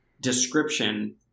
description